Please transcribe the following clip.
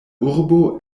urbo